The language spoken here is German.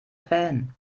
fan